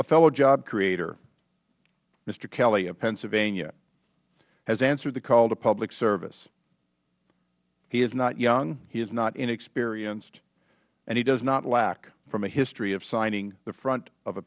a fellow job creator mr hkelly of pennsylvania has answered the call to public service he is not young he is not inexperienced and he does not lack from a history of signing the front of a